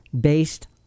based